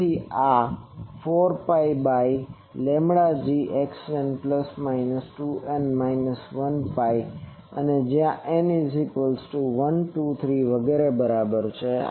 તેથી આ 4 pi by λg xn plus minus 2n minus 1 pi અને જ્યાં n એ 1 2 3 વગેરે બરાબર છે